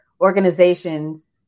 organizations